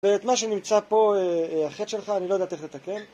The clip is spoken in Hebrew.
את מה שנמצא פה, א..א.. ה-ח׳ שלך, אני לא יודעת איך לתקן